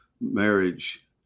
marriage